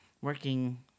working